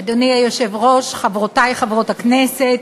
אדוני היושב-ראש, חברותי חברות הכנסת,